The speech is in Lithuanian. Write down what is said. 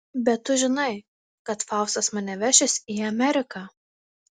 bet tu žinai kad faustas mane vešis į ameriką